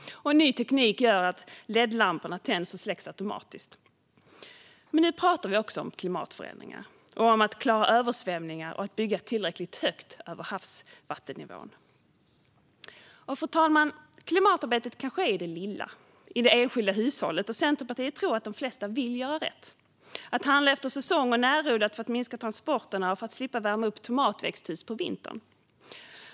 En ny teknik gör att ledlamporna tänds och släcks automatiskt. Men nu pratar vi också om klimatförändringar, om att klara översvämningar och att bygga tillräckligt högt över havsvattennivån. Fru talman! Klimatarbetet kan ske i det lilla, i det enskilda hushållet. Centerpartiet tror att de flesta vill göra rätt. Det gäller att handla efter säsong och närodlat för att minska transporterna och för att slippa värma upp tomatväxthus på vintern.